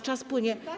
Czas płynie.